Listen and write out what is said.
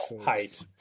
height